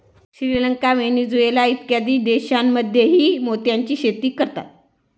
Sri Lanka, Venezuela इत्यादी देशांमध्येही मोत्याची शेती करतात